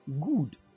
good